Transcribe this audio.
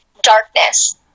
darkness